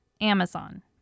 Amazon